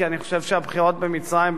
כי אני חושב שהבחירות במצרים,